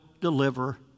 deliver